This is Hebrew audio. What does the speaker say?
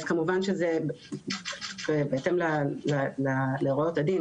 בהתאם להוראות הדין,